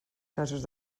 casos